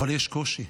אבל יש קושי.